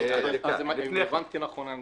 עבד אל חכים חאג' יחיא (הרשימה המשותפת): אם הבנתי נכון,